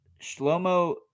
Shlomo